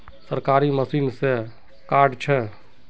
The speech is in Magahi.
सरकारी मशीन से कार्ड छै?